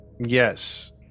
yes